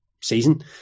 season